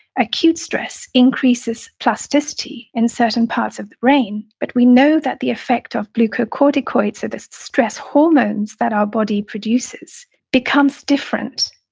acute stress increases plasticity in certain parts of the brain. but we know that the effect of glucocorticoids or the stress hormones that our body produces becomes different.